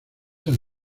han